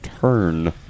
turn